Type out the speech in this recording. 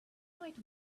right